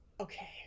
okay